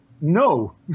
No